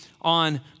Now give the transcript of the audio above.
on